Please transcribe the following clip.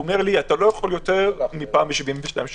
אומר: אתה לא יכול יותר מ-72 שעות.